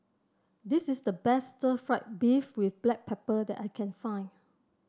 this is the best Stir Fried Beef with Black Pepper that I can find